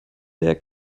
der